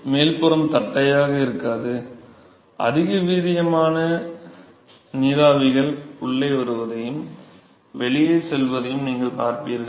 மேல்புறம் தட்டையாக இருக்காது அதிக வீரியமான நீராவிகள் உள்ளே வருவதையும் வெளியே செல்வதையும் நீங்கள் பார்ப்பீர்கள்